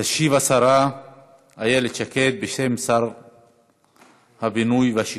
תשיב השרה איילת שקד, בשם שר הבינוי והשיכון.